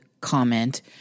comment